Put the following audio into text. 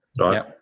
right